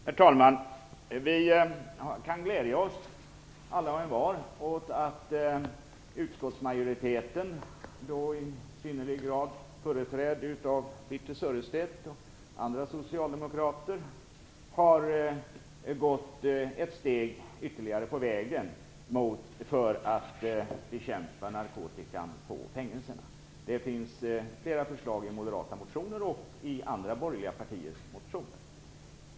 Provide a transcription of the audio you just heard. Herr talman! Vi kan alla och envar glädja oss åt att utskottsmajoriteten, och då i synnerlig grad företrädd av Birthe Sörestedt och andra socialdemokrater, har gått ett steg ytterligare på vägen för att bekämpa narkotika på fängelserna. Det finns flera förslag om detta i moderata motioner och i andra borgerliga partiers motioner.